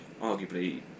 arguably